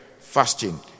fasting